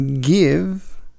give